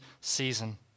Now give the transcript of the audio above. season